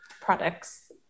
products